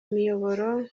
miyoboro